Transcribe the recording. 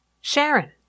Sharon